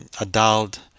adult